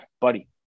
buddy